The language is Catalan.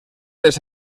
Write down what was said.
les